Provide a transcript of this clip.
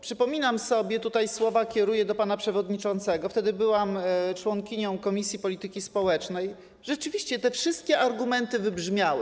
Przypominam sobie - te słowa kieruję do pana przewodniczącego, wtedy byłam członkinią komisji polityki społecznej - że rzeczywiście te wszystkie argumenty wybrzmiały.